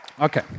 Okay